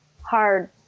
hard